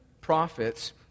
prophets